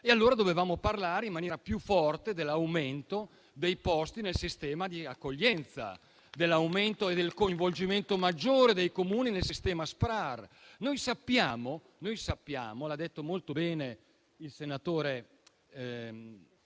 allora dovevamo parlare in maniera più forte dell'aumento dei posti nel sistema di accoglienza, dell'aumento e del coinvolgimento maggiore dei Comuni nel sistema SPRAR. Sappiamo - l'ha detto molto bene il senatore De